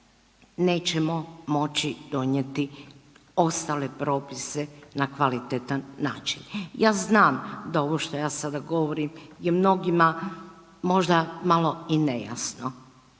nećemo moći donijeti ostale propise na kvalitetan način. Ja znam da ovo što ja sada govorim je mnogima možda malo i nejasno,